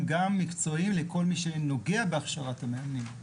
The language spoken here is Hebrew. הם גם מקצועיים לכל מי שנוגע בהכשרת המאמנים,